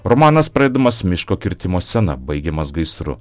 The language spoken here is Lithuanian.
romanas pradedamas miško kirtimo scena baigiamas gaisru